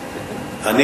בי.